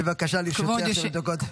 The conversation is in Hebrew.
בבקשה, לרשותך שלוש דקות.